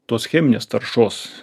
tos cheminės taršos